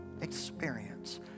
experience